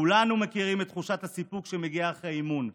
כולנו מכירים את תחושת הסיפוק שמגיעה אחרי אימון,